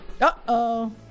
Uh-oh